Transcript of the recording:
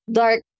dark